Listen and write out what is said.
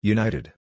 United